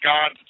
God